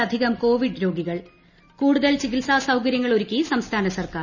ലധികം കോവിഡ് രോഗികൾ കൂടുതൽ ചികിത്സാ സൌകരൃങ്ങൾ ഒരുക്കി സംസ്ഫീന്റ സർക്കാർ